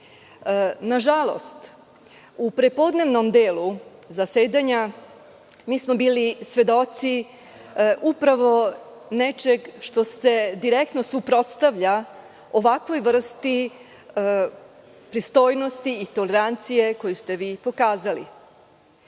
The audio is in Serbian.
Nažalost u prepodnevnom delu zasedanja bili smo svedoci nečeg što se direktno suprotstavlja ovakvoj vrsti pristojnosti i tolerancije koju ste vi pokazali. Naime,